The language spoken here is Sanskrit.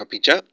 अपि च